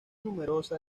numerosa